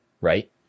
Right